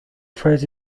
phrase